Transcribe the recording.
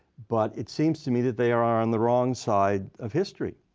but it seems to me that they are on the wrong side of history,